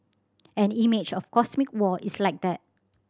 an image of cosmic war is like that